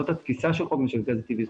זאת התפיסה של חוק משק הגז הטבעי,